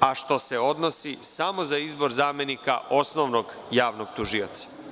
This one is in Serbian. a što se odnosi samo za izbor zamenika osnovnog javnog tužioca.